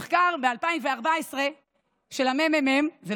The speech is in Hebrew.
המחקר של הממ"מ מ-2014,